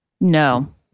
No